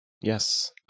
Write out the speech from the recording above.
Yes